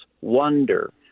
wonder